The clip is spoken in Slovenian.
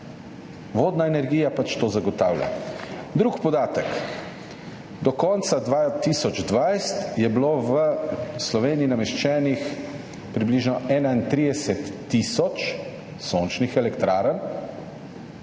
Vodna energija pač to zagotavlja. Drug podatek, do konca leta 2020 je bilo v Sloveniji nameščenih približno 31 tisoč sončnih elektrarn